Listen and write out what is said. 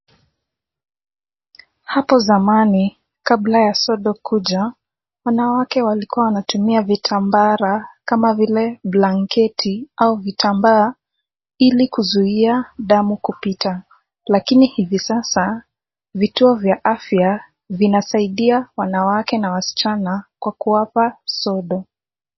Hapo zamani kabla ya sodo kuja, wanawake walikuwa wanatumia vitambara kama vile blanketi au vitambaa ili kuzuia damu kupita lakini hivi sasa vituo vya afya vinasaidia wanawake na wasichana kwa kuwapa sodo.